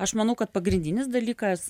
aš manau pagrindinis dalykas